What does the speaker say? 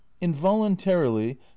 involuntarily